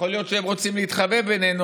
יכול להיות שהם רוצים להתחבא בינינו.